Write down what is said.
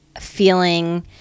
feeling